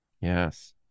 Yes